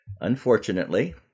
Unfortunately